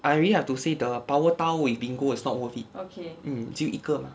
I really have to say the power tile with bingo it's not worth it mm 只有一个 mah